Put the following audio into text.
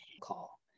call